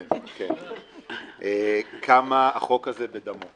אני יודע כמה החוק הזה בדמו,